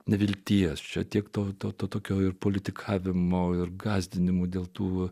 nevilties čia tiek to to tokioje ir politikavimo ir gąsdinimų dėl tų